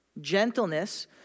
Gentleness